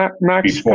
Max